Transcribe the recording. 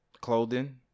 clothing